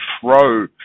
throw